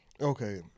Okay